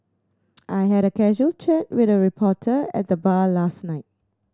I had a casual chat with a reporter at the bar last night